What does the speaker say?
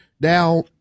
now